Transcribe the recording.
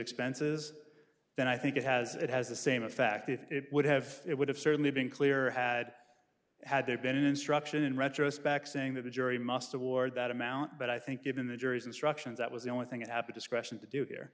expenses then i think it has it has the same effect if it would have it would have certainly been clearer had had there been an instruction in retrospect saying that the jury must award that amount but i think given the jury's instructions that was the only thing that happened especially to do here